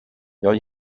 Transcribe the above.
jag